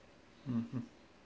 mmhmm